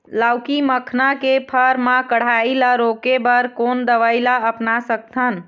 लाउकी मखना के फर मा कढ़ाई ला रोके बर कोन दवई ला अपना सकथन?